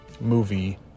movie